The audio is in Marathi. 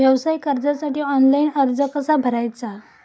व्यवसाय कर्जासाठी ऑनलाइन अर्ज कसा भरायचा?